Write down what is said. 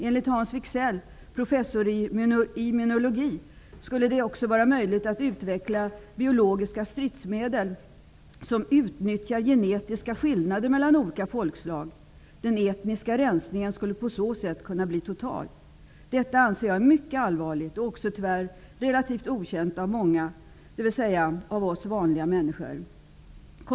Enligt Hans Wigzell, professor i immunologi, skullle det också vara möjligt att utveckla biologiska stridsmedel som utnyttjar genetiska skillnader mellan olika folkslag. Den etniska rensningen skulle på så sätt kunna bli total. Detta anser jag är mycket allvarligt, och det är också, tyvärr, relativt okänt för många -- dvs. för oss vanliga människor.